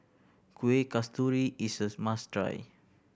Kueh Kasturi is a must try